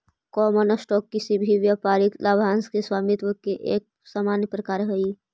common stock किसी व्यापारिक लाभांश के स्वामित्व के एक सामान्य प्रकार हइ